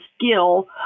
skill